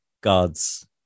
god's